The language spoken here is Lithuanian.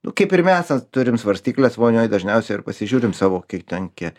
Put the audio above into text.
nu kaip ir mes ten turim svarstykles vonioj dažniausia ir pasižiūrim savo kiek ten kie